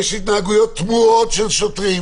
יש התנהגויות תמוהות של שוטרים